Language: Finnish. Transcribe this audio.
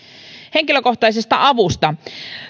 henkilökohtaisesta avusta